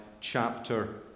chapter